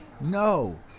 No